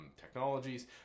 Technologies